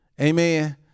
amen